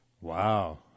Wow